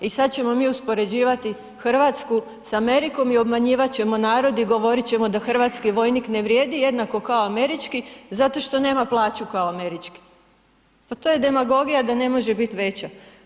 I sad ćemo mi uspoređivati Hrvatsku s Amerikom i obmanjivat ćemo narod i govorit ćemo da hrvatski vojnik ne vrijedi jednako kao američki zato što nema plaću kao američki, pa to je demagogija da ne može biti veća.